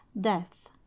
death